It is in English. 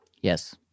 yes